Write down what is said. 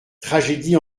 tragédie